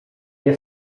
nie